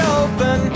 open